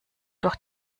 durch